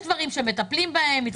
יש דברים שמטפלים בהם.